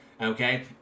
Okay